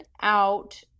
out